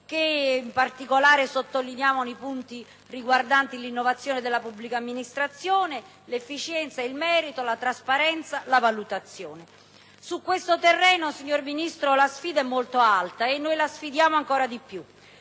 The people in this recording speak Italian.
che in particolare sottolineavano i punti riguardanti l'innovazione della pubblica amministrazione, l'efficienza, il merito, la trasparenza, la valutazione. Su questo terreno, signor Ministro, la sfida è molto alta e noi la sfidiamo ancora di più.